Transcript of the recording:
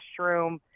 restroom